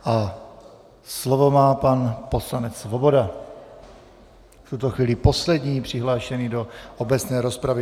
A slovo má pan poslanec Svoboda, v tuto chvíli poslední přihlášený do obecné rozpravy.